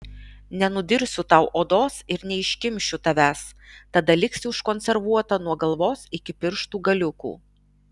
nenudirsiu tau odos ir neiškimšiu tavęs tada liksi užkonservuota nuo galvos iki pirštų galiukų